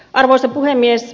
arvoisa puhemies